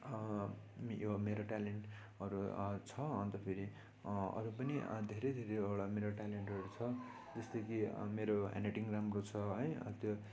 यो मेरो ट्यालेन्टहरू छ अन्त फेरि अरू पनि धेरै धेरैवटा मेरो ट्यालेन्टहरू छ जस्तै कि मेरो ह्यान्ड राइटिङ राम्रो छ है अनि त्यो